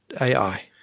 AI